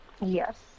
yes